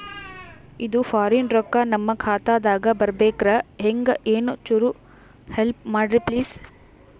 ಇದು ಫಾರಿನ ರೊಕ್ಕ ನಮ್ಮ ಖಾತಾ ದಾಗ ಬರಬೆಕ್ರ, ಹೆಂಗ ಏನು ಚುರು ಹೆಲ್ಪ ಮಾಡ್ರಿ ಪ್ಲಿಸ?